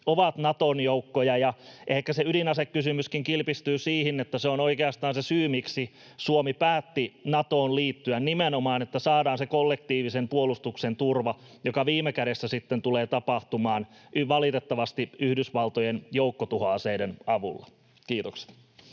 ovat Naton joukkoja. Ja ehkä se ydinasekysymyskin kilpistyy siihen, että se on oikeastaan se syy, miksi Suomi päätti Natoon liittyä: että nimenomaan saadaan se kollektiivisen puolustuksen turva, joka viime kädessä sitten tulee tapahtumaan valitettavasti Yhdysvaltojen joukkotuhoaseiden avulla. — Kiitokset.